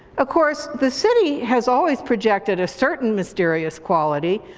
of course, the city has always projected a certain mysterious quality,